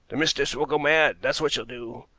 the mistress will go mad, that's what she'll do.